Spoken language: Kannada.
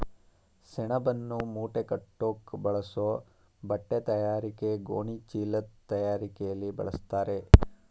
ಸೆಣಬನ್ನು ಮೂಟೆಕಟ್ಟೋಕ್ ಬಳಸೋ ಬಟ್ಟೆತಯಾರಿಕೆ ಗೋಣಿಚೀಲದ್ ತಯಾರಿಕೆಲಿ ಬಳಸ್ತಾರೆ